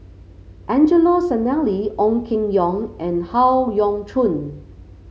Angelo Sanelli Ong Keng Yong and Howe Yoon Chong